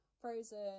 frozen